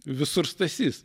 visur stasys